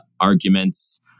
arguments